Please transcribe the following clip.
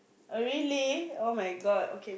err really oh-my-God